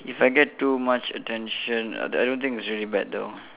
if I get too much attention I I don't think it's really bad though